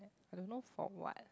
I don't know for what